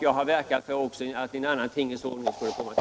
Jag har verkat för att en annan tingens ordning skulle komma till stånd.